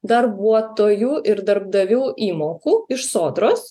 darbuotojų ir darbdavių įmokų iš sodros